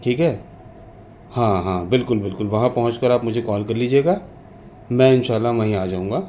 ٹھیک ہے ہاں ہاں بالکل بالکل وہاں پہنچ کر آپ مجھے کال کر لیجیے گا میں انشا اللہ وہیں آ جاؤں گا